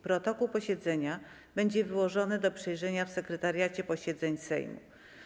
Protokół posiedzenia będzie wyłożony do przejrzenia w Sekretariacie Posiedzeń Sejmu.